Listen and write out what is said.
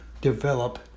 develop